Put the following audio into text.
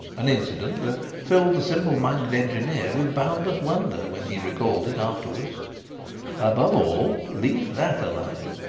an incident that filled the simple-minded engineer with boundless wonder when he recalled it afterwards above all, leave that alone.